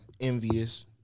envious